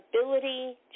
ability